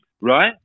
Right